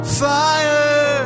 fire